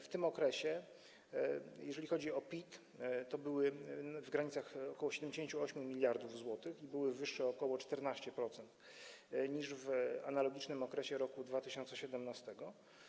W tym okresie, jeżeli chodzi o PIT, były one w granicach ok. 78 mld zł i były wyższe o ok. 14% niż w analogicznym okresie roku 2017.